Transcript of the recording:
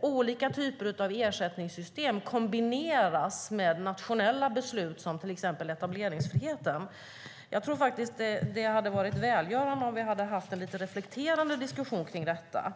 olika typer av ersättningssystem kombineras med nationella beslut som till exempel om etableringsfriheten. Jag tror att det hade varit välgörande om vi hade haft en lite reflekterande diskussion kring detta.